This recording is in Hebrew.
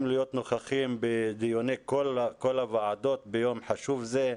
להיות נוכחים בדיוני כל הוועדות ביום חשוב זה,